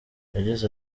yagize